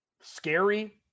scary